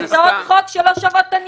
לא, התשובות שלהם לא ענייניות.